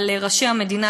אבל ראשי המדינה,